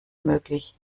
möglich